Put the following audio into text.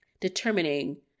determining